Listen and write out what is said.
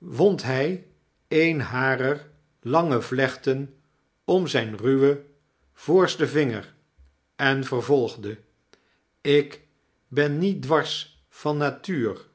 wond hij een harer lange vlechten om zijn ruwen voorsten vinger en vervolgde ik ben niet dwars van natuur